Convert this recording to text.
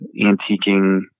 antiquing